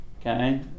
okay